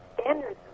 standards